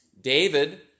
David